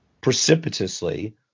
precipitously